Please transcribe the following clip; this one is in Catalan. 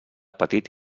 petit